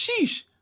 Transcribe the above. Sheesh